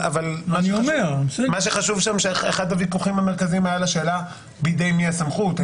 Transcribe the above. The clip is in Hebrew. אבל מה שחשוב שם שאחד הוויכוחים המרכזיים היה על השאלה בידי מי הסמכות.